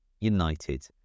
united